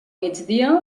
migdia